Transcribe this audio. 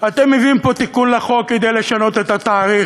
אתם מביאים פה תיקון לחוק כדי לשנות את התאריך,